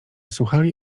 słuchali